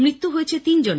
মৃত্যু হয়েছে তিনজনের